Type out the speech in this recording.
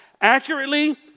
accurately